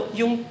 yung